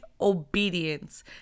obedience